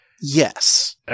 Yes